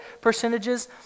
percentages